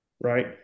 Right